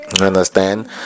understand